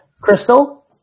Crystal